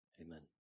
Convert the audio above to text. amen